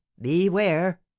beware